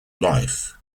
life